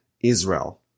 Israel